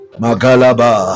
magalaba